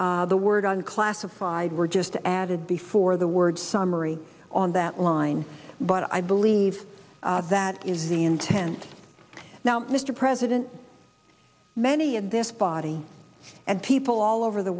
o the word on classified were just added before the word summary on that line but i believe that is the intent now mr president many in this body and people all over the